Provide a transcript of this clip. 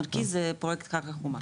נרקיס זה פרויקט קרקע חומה.